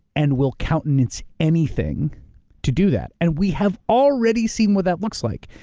and will countenance anything to do that. and we have already seen what that looks like.